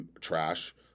trash